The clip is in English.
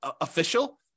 official